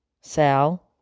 Sal